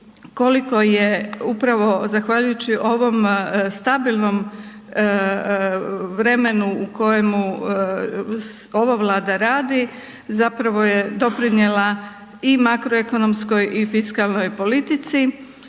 koliko je upravo zahvaljujući ovom stabilnom vremenu u kojemu ova Vlada radi, zapravo je doprinijela i makroekonomskoj i fiskalnoj politici